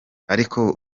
ariko